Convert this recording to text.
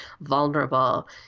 vulnerable